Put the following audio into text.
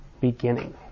beginning